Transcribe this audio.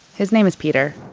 his name is petr.